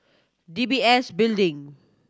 D B S Building